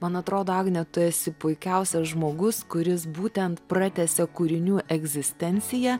man atrodo agne tu esi puikiausias žmogus kuris būtent pratęsia kūrinių egzistenciją